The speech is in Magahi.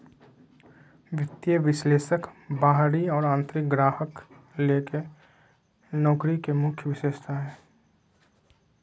वित्तीय विश्लेषक बाहरी और आंतरिक ग्राहक ले नौकरी के मुख्य विशेषता हइ